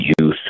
youth